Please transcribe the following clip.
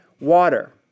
water